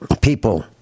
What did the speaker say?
people